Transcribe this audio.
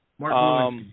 Mark